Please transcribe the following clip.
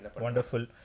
Wonderful